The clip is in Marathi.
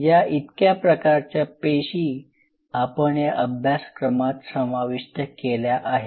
या इतक्या प्रकारच्या पेशी आपण या अभ्यासक्रमात समाविष्ट केल्या आहेत